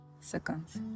seconds